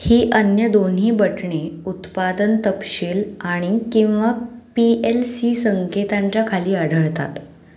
ही अन्य दोन्ही बटणे उत्पादन तपशील आणि किंवा पी एल सी संकेतांच्या खाली आढळतात